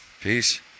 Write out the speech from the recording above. peace